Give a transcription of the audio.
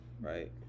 Right